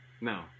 no